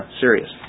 serious